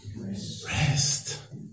Rest